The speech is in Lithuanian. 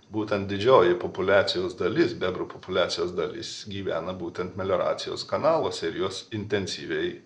būtent didžioji populiacijos dalis bebrų populiacijos dalis gyvena būtent melioracijos kanaluose ir juos intensyviai